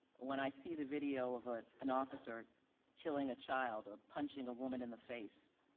when i see the video of ah an officer killing a child or punching a woman in the face